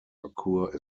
occur